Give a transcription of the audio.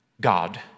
God